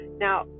Now